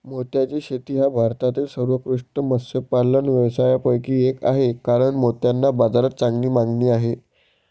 मोत्याची शेती हा भारतातील सर्वोत्कृष्ट मत्स्यपालन व्यवसायांपैकी एक आहे कारण मोत्यांना बाजारात चांगली मागणी आहे